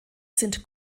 sind